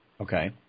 Okay